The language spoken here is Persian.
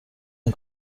این